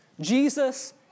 Jesus